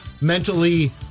mentally